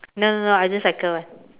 no no no I don't cycle [one]